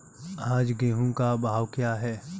आज गेहूँ का भाव क्या है?